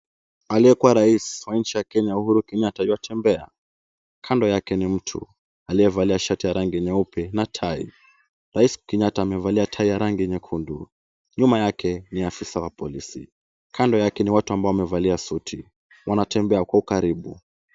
Aliyekuwa rais wa nchi ya Kenya, Uhuru Kenyatta, yuatembea, kando yake ni mtu aliyevalia shati ya rangi nyeupe na tai. Rais Kenyatta amevalia tai ya rangi nyekundu. Nyuma yake ni afisa wa polisi, kando yake ni watu ambao wamevalia suti, wanatembea kwa ukaribu.